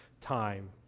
time